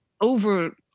over